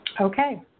Okay